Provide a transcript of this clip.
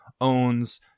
owns